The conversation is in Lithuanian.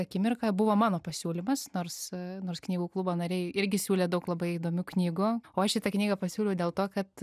akimirką buvo mano pasiūlymas nors nors knygų klubo nariai irgi siūlė daug labai įdomių knygų o aš šitą knygą pasiūliau dėl to kad